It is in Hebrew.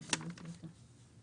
תסבירי.